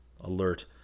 alert